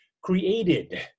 created